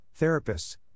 therapists